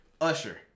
Usher